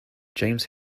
james